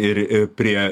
ir prie